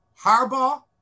Harbaugh